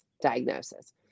diagnosis